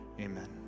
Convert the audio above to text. Amen